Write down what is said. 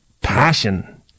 passion